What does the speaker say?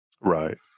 right